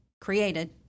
created